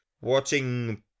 watching